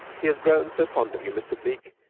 he has grown so fond of you, mr. bleke,